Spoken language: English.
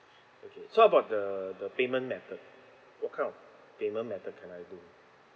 okay so about the the payment method what kind of payment metod can I do